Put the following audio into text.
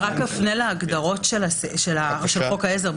אני אפנה להגדרות של חוק העזר.